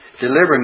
Delivering